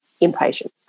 impatient